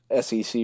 SEC